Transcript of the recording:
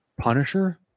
Punisher